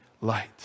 light